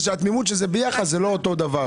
זה שהתמימות שזה ביחס זה לא אותו דבר.